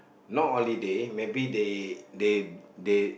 not only they maybe they they they